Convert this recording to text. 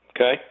Okay